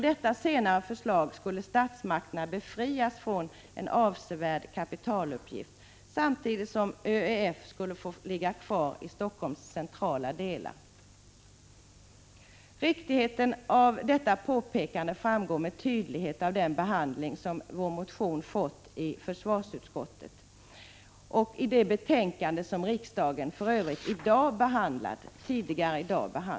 Därigenom skulle statsmakterna befrias från en avsevärd kapitalutgift, samtidigt som ÖEF skulle få finnas kvar inom Helsingforss centrala delar. Riktigheten av detta påpekande framgår med tydlighet av den behandling vår motion har fått i försvarsutskottet — i det betänkande som riksdagen behandlade tidigare i dag.